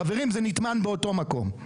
חברים, זה נטמן באותו מקום.